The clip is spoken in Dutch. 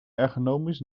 ergonomisch